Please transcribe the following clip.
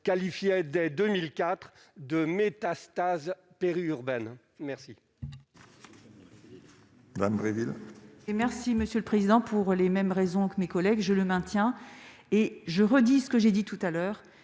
qualifiait dès 2004 de métastases péri- urbaines, merci.